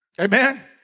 amen